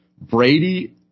Brady